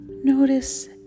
notice